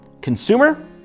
Consumer